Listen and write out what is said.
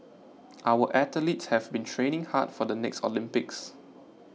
our athletes have been training hard for the next Olympics